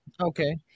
Okay